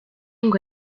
ngo